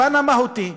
לפן המהותי: